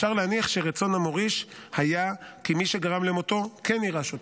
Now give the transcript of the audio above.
אפשר להניח שרצון המוריש היה כי מי שגרם למותו כן יירש אותו.